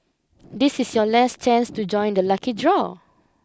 this is your last chance to join the lucky draw